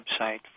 website